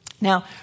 Now